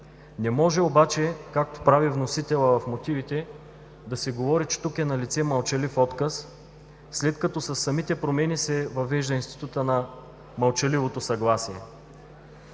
Не може обаче както прави вносителят в мотивите, да се говори, че тук е налице мълчалив отказ, след като със самите промени се въвежда института на мълчаливото съгласие.